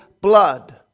blood